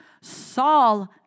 Saul